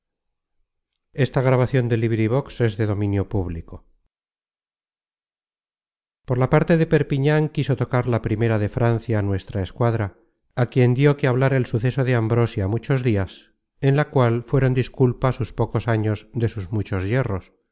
nemurs por la parte de perpiñan quiso tocar la primera de francia nuestra escuadra á quien dió que hablar el suceso de ambrosia muchos dias en la cual fueron disculpa sus pocos años de sus muchos yerros